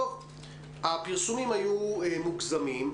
הפרסומים היו מוגזמים.